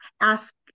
ask